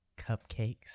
cupcakes